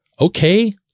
Okay